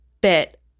bit